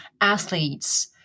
athletes